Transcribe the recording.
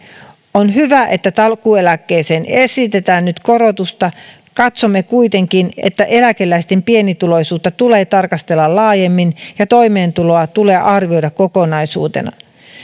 on hyvä että takuueläkkeeseen esitetään nyt korotusta katsomme kuitenkin että eläkeläisten pienituloisuutta tulee tarkastella laajemmin ja toimeentuloa tulee arvioida kokonaisuutena